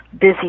busy